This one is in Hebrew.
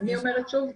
אני אומרת שוב,